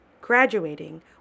graduating